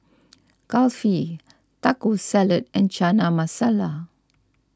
Kulfi Taco Salad and Chana Masala